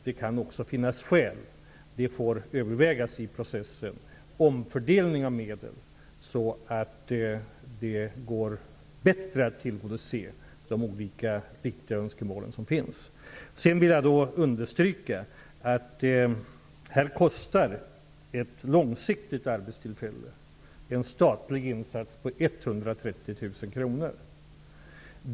Det kan också finnas skäl, det får övervägas i processen, att omfördela medlen så att man bättre kan tillgodose de olika viktiga önskemål som finns. Jag vill också understryka att ett långsiktigt arbetstillfälle här kostar en statlig insats på 130 000 kr.